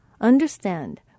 Understand